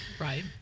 Right